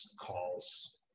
calls